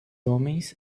homens